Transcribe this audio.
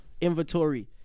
inventory